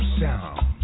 sound